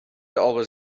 always